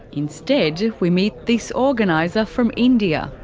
instead, we meet this organiser from india.